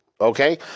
Okay